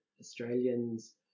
Australians